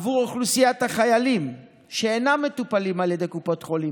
בעבור אוכלוסיית החיילים שאינם מטופלים על ידי קופות החולים,